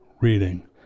reading